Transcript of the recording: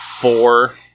four